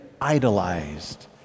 idolized